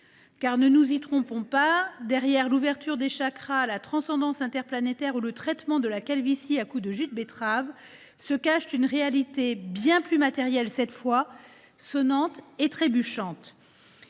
ne nous y trompons pas, derrière l’ouverture des chakras, la transcendance interplanétaire ou le traitement de la calvitie par le jus de betterave se cache une réalité bien plus matérielle, faite d’espèces sonnantes et trébuchantes.